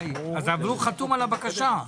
אבל הוא חתום על הבקשה.